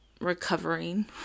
recovering